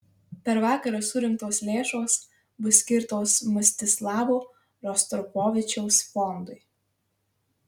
per vakarą surinktos lėšos bus skirtos mstislavo rostropovičiaus fondui